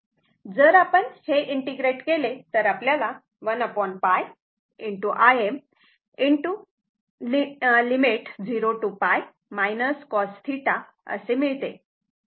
जर आपण हे इंटिग्रेट केले तर आपल्याला हे 1 π Im cos θ 0 to π असे मिळते